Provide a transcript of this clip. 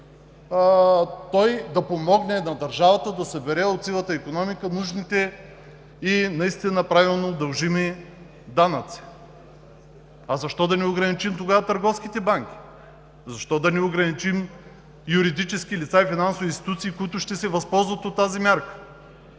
той да помогне на държавата да събере от сивата икономика нужните й, наистина, правилно дължими данъци. А защо да не ограничим тогава търговските банки? Защо да не ограничим юридически лица и финансови институции, които ще се възползват от тази мярка?